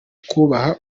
kubaha